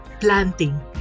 planting